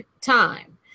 time